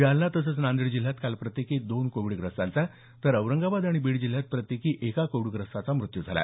जालना तसंच नांदेड जिल्ह्यात काल प्रत्येकी दोन कोविडग्रस्तांचा तर औरंगाबाद आणि बीड जिल्ह्यात प्रत्येकी एका कोविडग्रस्ताचा मृत्यू झाला